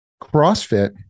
CrossFit